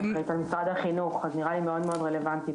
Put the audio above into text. אני